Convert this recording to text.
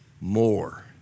more